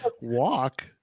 walk